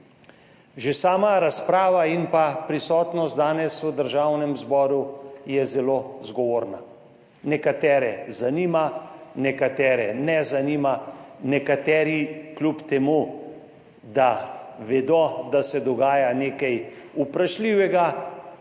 Že sama razprava in prisotnost danes v Državnem zboru je zelo zgovorna. Nekatere zanima, nekaterih ne zanima, nekateri, kljub temu da vedo, da se dogaja nekaj vprašljivega,